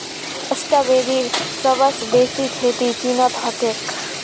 स्ट्रॉबेरीर सबस बेसी खेती चीनत ह छेक